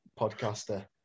podcaster